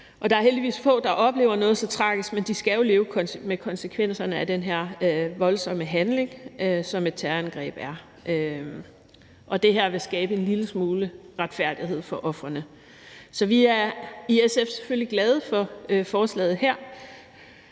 Det er heldigvis få, der oplever noget så tragisk, men de skal jo leve med konsekvenserne af den her voldsomme handling, som et terrorangreb er. Det her vil skabe en lille smule retfærdighed for ofrene. Så vi er i SF selvfølgelig glade for forslaget her,